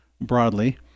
broadly